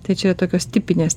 tai čia tokios tipinės